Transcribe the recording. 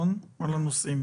על הנוסעים,